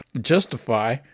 justify